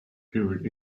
period